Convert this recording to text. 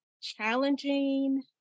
challenging